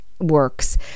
works